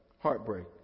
heartbreak